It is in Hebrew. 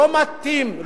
לא מתאים,